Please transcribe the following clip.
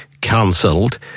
cancelled